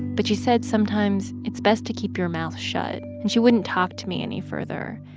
but she said sometimes it's best to keep your mouth shut. and she wouldn't talk to me any further.